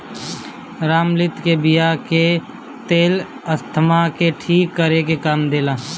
रामतिल के बिया के तेल अस्थमा के ठीक करे में काम देला